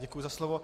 Děkuji za slovo.